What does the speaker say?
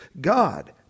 God